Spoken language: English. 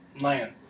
land